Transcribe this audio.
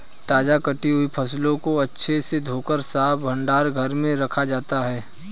ताजा कटी हुई फसलों को अच्छे से धोकर साफ भंडार घर में रखा जाता है